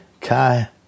kai